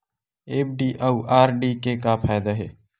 FD अउ RD के का फायदा हे?